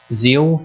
zeal